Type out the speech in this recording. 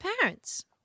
parents